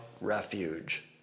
refuge